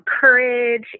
courage